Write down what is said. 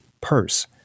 purse